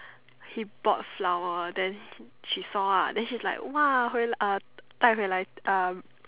he bought flower then she saw lah then she is like !wah! 回来：hui lai uh 带回来 uh